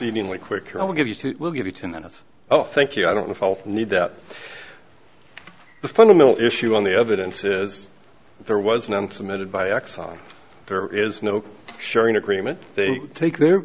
with quick i'll give you two will give you ten minutes oh thank you i don't need that the fundamental issue on the evidence is there was none submitted by exxon there is no sharing agreement they take their